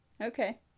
Okay